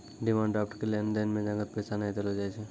demand draft के लेन देन मे नगद पैसा नै देलो जाय छै